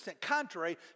contrary